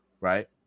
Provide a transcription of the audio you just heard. right